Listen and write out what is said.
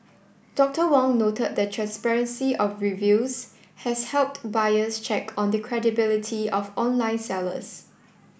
Doctor Wong noted the transparency of reviews has helped buyers check on the credibility of online sellers